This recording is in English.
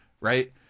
right